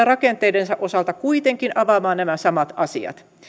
rakenteidensa osalta kuitenkin avaamaan nämä samat asiat